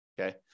okay